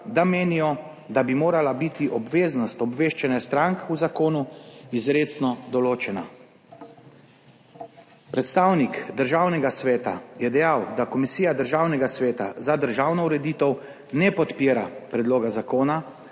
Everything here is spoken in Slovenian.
da menijo, da bi morala biti obveznost obveščanja strank v zakonu izrecno določena. Predstavnik Državnega sveta je dejal, da Komisija Državnega sveta za državno ureditev ne podpira predloga zakona